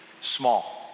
small